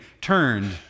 turned